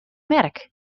merk